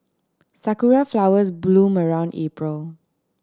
sakura flowers bloom around April